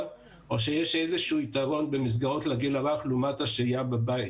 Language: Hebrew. או שיש איזשהו יתרון במסגרות לגיל הרך לעומת השהייה בבית.